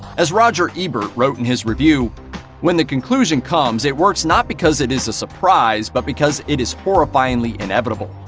as roger ebert wrote in his review when the conclusion comes, it works not because it is a surprise but because it is horrifyingly inevitable.